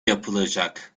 yapılacak